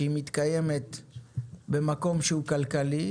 שהיא מתקיימת במקום שהוא כלכלי,